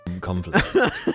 conflict